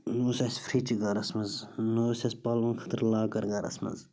نہٕ اوس اَسہِ فِرٛچ گَرَس منٛز نہٕ اوس اَسہِ پَلوَن خٲطرٕ لاکَر گَرَس منٛز